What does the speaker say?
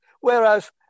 Whereas